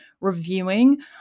reviewing